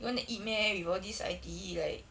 you want to eat meh with all these I_T_E like